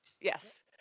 Yes